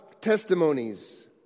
testimonies